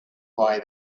why